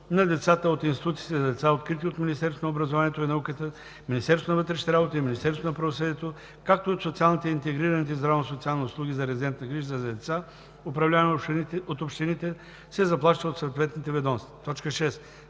на децата от институциите за деца, открити от Министерството на образованието и науката, Министерството на вътрешните работи и Министерството на правосъдието, както и от социалните и интегрираните здравно социални услуги за резидентна грижа за деца, управлявани от общините, се заплаща от съответните ведомства.“ 6.